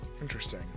interesting